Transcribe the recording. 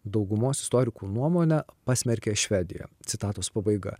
daugumos istorikų nuomone pasmerkė švediją citatos pabaiga